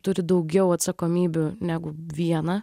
turi daugiau atsakomybių negu vieną